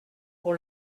pour